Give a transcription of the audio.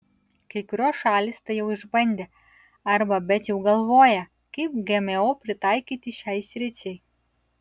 kai kurios šalys tai jau išbandė arba bet jau galvoja kaip gmo pritaikyti šiai sričiai